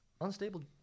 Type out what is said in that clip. Unstable